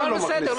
אבל בסדר,